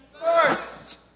first